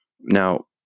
Now